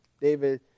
David